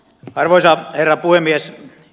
arvoisa herra puhemies